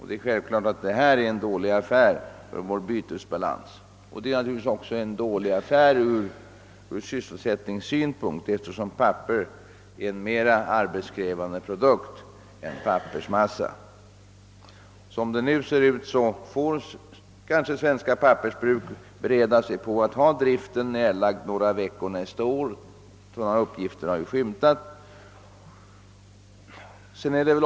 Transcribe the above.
Det är självklart att detta är en dålig affär för vår bytesbalans och även ur sysselsättningssynpunkt, eftersom tillverkning av papper är mera arbetskrävande än tillverkning av pappersmassa. Som det nu ser ut, får kanske svenska pappersbruk bereda sig på att lägga ned driften under några veckor nästa år; sådana uppgifter har skymtat.